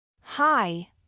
Hi